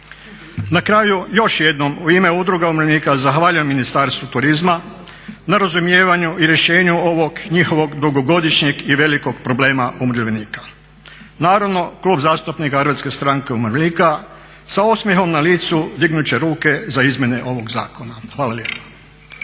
Na kraju, još jednom u ime udruga umirovljenika zahvaljujem Ministarstvu turizma na razumijevanju i rješenju ovog njihovog dugogodišnjeg i velikog problema umirovljenika. Naravno, Klub zastupnika HSU-a sa osmjehom na licu dignut će ruke za izmjene ovog zakona. Hvala lijepa.